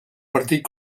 partit